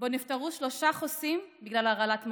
שבו נפטרו שלושה חוסים בגלל הרעלת מזון.